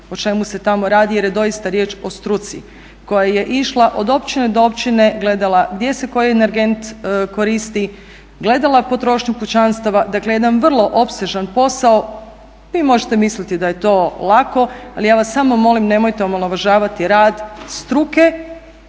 o čemu se tamo radi jer je doista riječ o struci koja je išla od općine do općine, gledala gdje se koji energent koristi, gledala potrošnju kućanstva, dakle jedan vrlo opsežan posao. Vi možete misliti da je to lako, ali ja vas samo molim nemojte omalovažavati rad struke